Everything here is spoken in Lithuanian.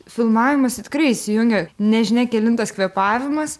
filmavimas tai tikrai įsijungia nežinia kelintas kvėpavimas